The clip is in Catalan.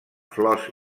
flors